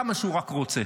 כמה שהוא רק רוצה.